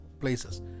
places